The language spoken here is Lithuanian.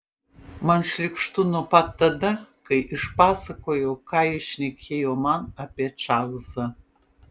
man šlykštu nuo pat tada kai išpasakojau ką jis šnekėjo man apie čarlzą